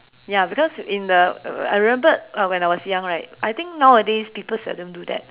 ya because in the uh I remembered when I was young right I think nowadays people seldom do that